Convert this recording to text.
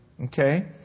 Okay